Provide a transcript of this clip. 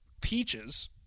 Peaches